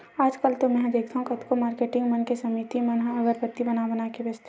आजकल तो मेंहा देखथँव कतको मारकेटिंग मन के समिति मन ह अगरबत्ती बना बना के बेंचथे